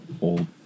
old